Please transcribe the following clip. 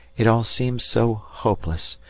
it all seemed so hopeless,